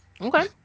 Okay